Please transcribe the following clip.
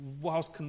whilst